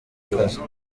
kazi